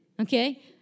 Okay